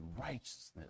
righteousness